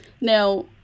now